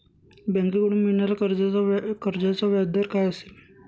बँकेकडून मिळणाऱ्या कर्जाचा व्याजदर काय असेल?